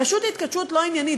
פשוט התכתשות לא עניינית.